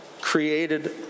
created